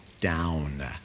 down